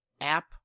app